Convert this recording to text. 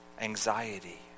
anxiety